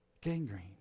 Gangrene